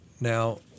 Now